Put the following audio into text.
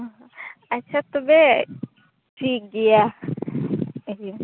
ᱟᱪᱪᱷᱟ ᱛᱚᱵᱮ ᱴᱷᱤᱠ ᱜᱮᱭᱟ